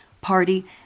Party